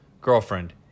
Girlfriend